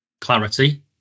Clarity